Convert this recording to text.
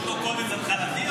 מאותו קובץ התחלתי,